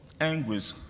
anguish